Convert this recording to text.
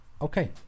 Okay